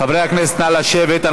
חברי הכנסת, נא לשבת.